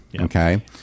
okay